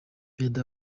perezida